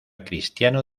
cristiano